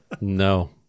No